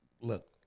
Look